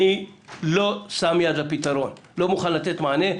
אני לא שם יד לפתרון, לא מוכן לתת מענה.